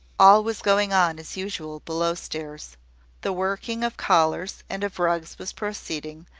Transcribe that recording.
all was going on as usual below-stairs the working of collars and of rugs was proceeding,